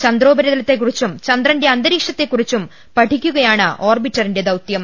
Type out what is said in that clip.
ചന്ദ്രോപരിതലത്തെകു റിച്ചും ചന്ദ്രന്റെ അന്തരീക്ഷത്തെ കുറിച്ചും പഠിക്കുകയാണ് ഓർബി റ്ററിന്റെ ദൌത്യം